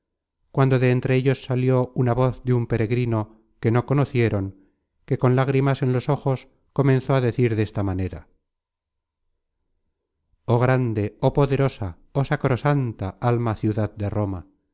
cuando de entre ellos salió una voz de un peregrino que no conocieron que con lágrimas en los ojos comenzó á decir desta manera oh grande oh poderosa oh sacrosanta alma ciudad de roma